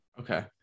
Okay